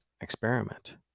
experiment